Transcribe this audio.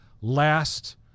last